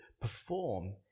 perform